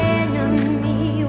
enemy